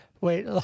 Wait